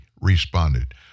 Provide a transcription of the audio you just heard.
responded